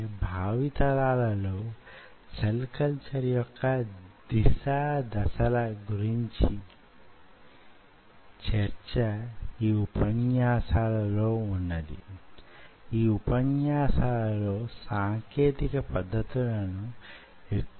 మీ దగ్గర మాస్క్ లేక అడ్డుగోడ వున్నట్లయితే దానికి పూతపూయండి ఎలాగంటే దాని ఉపరితలం పైన కాని గోడల మీద కాని యేవీ పెరగకుండా వుండేలా